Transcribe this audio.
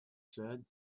said